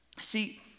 See